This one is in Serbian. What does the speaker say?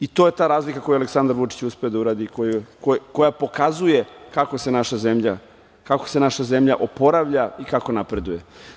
I to je ta razlika koju je Aleksandar Vučić uspeo da uradi i koja pokazuje kako se naša zemlja oporavlja i kako napreduje.